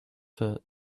foot